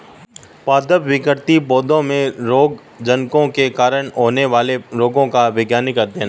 पादप विकृति पौधों में रोगजनकों के कारण होने वाले रोगों का वैज्ञानिक अध्ययन है